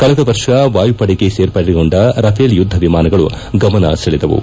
ಕಳೆದ ವರ್ಷ ವಾಯುಪಡೆಗೆ ಸೇರ್ಪಡೆಗೊಂಡ ರಫೇಲ್ ಯುದ್ದ ವಿಮಾನಗಳು ಗಮನ ಸೆಳೆಯಿತು